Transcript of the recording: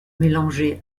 mélanger